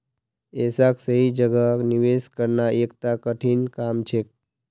ऐसाक सही जगह निवेश करना एकता कठिन काम छेक